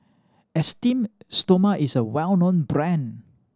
Esteem Stoma is a well known brand